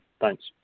Thanks